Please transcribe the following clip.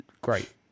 great